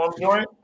joint